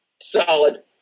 Solid